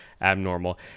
abnormal